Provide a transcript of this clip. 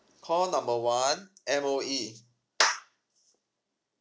call number one M_O_E